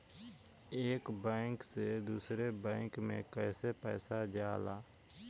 एक बैंक से दूसरे बैंक में कैसे पैसा जाला?